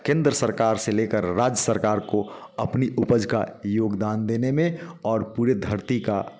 केंद्र सरकार से लेकर राज्य सरकार को अपनी उपज का योगदान देने में और पूरे धरती का